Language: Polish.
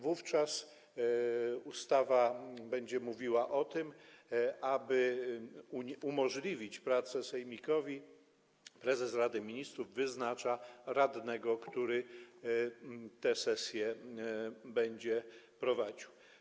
Wówczas ustawa mówi o tym, że aby umożliwić pracę sejmikowi, prezes Rady Ministrów wyznacza radnego, który tę sesję będzie prowadził.